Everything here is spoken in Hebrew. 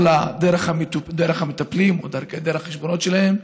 או דרך המטפלים או דרך החשבונות שלהם.